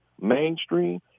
mainstream